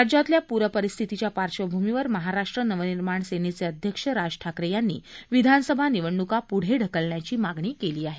राज्यातल्या पूरपरिस्थितीच्या पार्श्वभूमीवर महाराष्ट्र नवनिर्माण सेनेचे अध्यक्ष राज ठाकरे यांनी विधानसभा निवडण्का प्ढे ढकलण्याची मागणी केली आहे